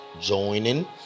joining